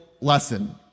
lesson